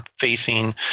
facing